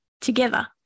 together